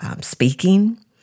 speaking